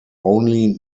only